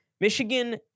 Michigan